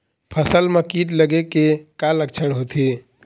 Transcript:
फसल म कीट लगे के का लक्षण होथे?